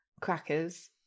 crackers